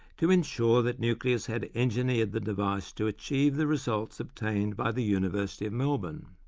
to ensure that nucleus had engineered the device to achieve the results obtained by the university of melbourne.